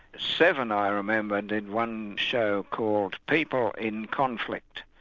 seven, i remember, did one show called people in conflict,